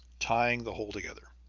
tying the whole together.